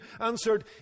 answered